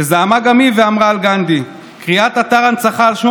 שזעמה גם היא ואמרה על גנדי: קריאת אתר הנצחה על שמו